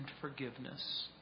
forgiveness